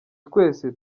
twese